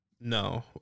No